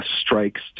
strikes